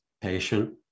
patient